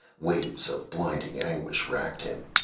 waves of blinding anguish racked him.